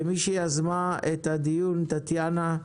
כמי שיזמה את הדיון, טטיאנה,